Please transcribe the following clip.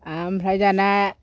ओमफ्राय दाना